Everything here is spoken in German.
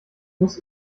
muss